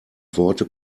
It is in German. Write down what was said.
worte